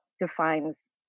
defines